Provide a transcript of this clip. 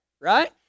right